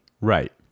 right